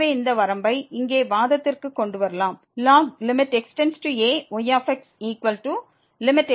எனவே இந்த வரம்பை இங்கே வாதத்திற்கு கொண்டு வரலாம் ln x→a⁡yxgxln fx